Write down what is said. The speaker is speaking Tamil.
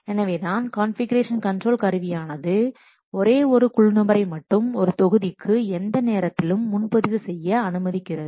எனவே தான் கான்ஃபிகுரேஷன் கண்ட்ரோல் கருவியானது ஒரே ஒரு குழு நபரை மட்டும் ஒரு தொகுதிக்கு எந்தநேரத்திலும் முன்பதிவு செய்ய அனுமதிக்கிறது